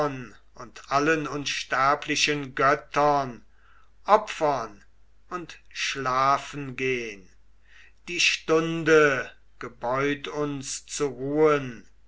und allen unsterblichen göttern opfern und schlafen gehn die stunde gebeut uns zu ruhen